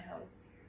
house